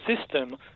system